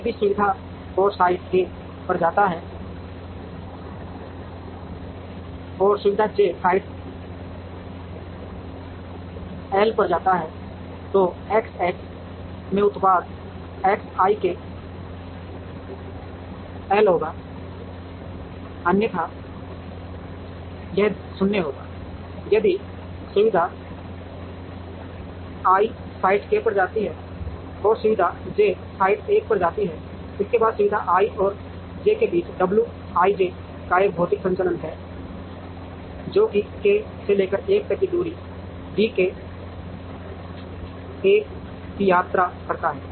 यदि सुविधा मैं साइट k पर जाती है और सुविधा j साइट l पर जाती है तो X X में उत्पाद X ik 1 होगा अन्यथा यह 0 होगा यदि सुविधा i साइट k पर जाती है और सुविधा j साइट l पर जाती है इसके बाद सुविधाओं i और j के बीच wij का एक भौतिक संचलन है जो कि k से लेकर l तक की दूरी dkl की यात्रा करता है